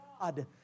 God